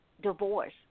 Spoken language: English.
divorce